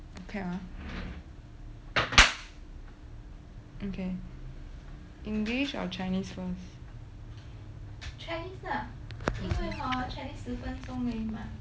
okay ah okay english or chinese first